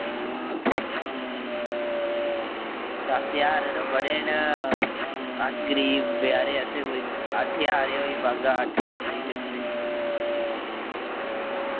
दस ज्हार यरो बड़े न अस गरीब बचैरे असें कोई अट्ठ ज्हार ई होई पागा अट्ठ ज्हार देई गे तुसें